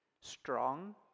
Strong